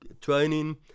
training